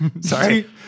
sorry